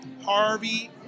Harvey